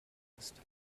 ist